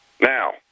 Now